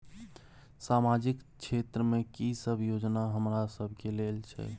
सामाजिक क्षेत्र में की सब योजना हमरा सब के लेल छै?